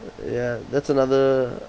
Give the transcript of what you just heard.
ya that's another